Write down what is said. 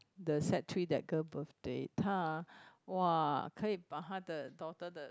the sec-three that girl birthday 她 ah !wah! 可以把她 de daughter 的